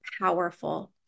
powerful